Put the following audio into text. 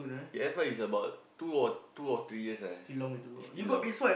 P_S four is about two or two or three years ah it's still long